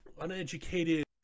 uneducated